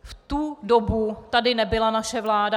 V tu dobu tady nebyla naše vláda.